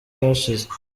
hashize